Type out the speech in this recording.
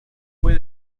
fue